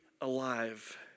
alive